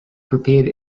prepared